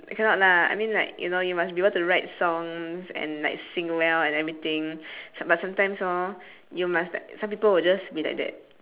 I cannot lah I mean like you know you must be able to write songs and like sing well and everything som~ but sometimes orh you must like some people will just be like that